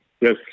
Yes